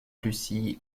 lucie